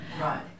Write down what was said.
Right